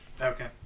Okay